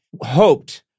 hoped